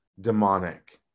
demonic